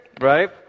right